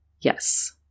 Yes